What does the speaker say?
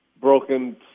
broken